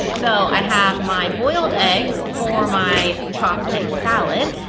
so i have my boiled eggs for my chopped egg salad,